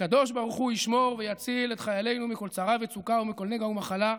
הקדוש ברוך הוא ישמור ויציל את חיילינו מכל צרה וצוקה ומכל נגע ומחלה,